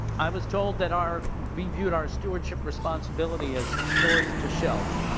i was told that our reviewed our stewardship responsibility as source to shelf.